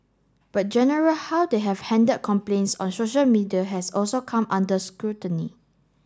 but general how they have handled complaints on social media has also come under scrutiny